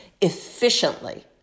efficiently